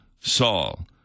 Saul